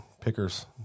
pickers